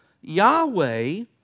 Yahweh